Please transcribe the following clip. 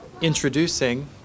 introducing